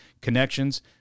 connections